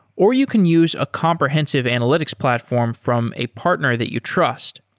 or you can use a comprehensive analytics platform from a partner that you trust.